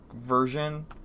version